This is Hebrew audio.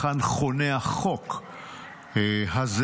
היכן חונה החוק הזה.